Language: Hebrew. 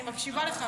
אני מקשיבה לך,